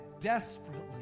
desperately